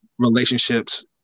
relationships